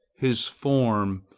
his form,